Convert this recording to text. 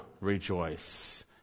rejoice